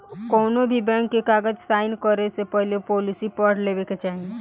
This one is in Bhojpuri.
कौनोभी बैंक के कागज़ साइन करे से पहले पॉलिसी पढ़ लेवे के चाही